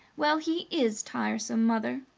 well, he is tiresome, mother,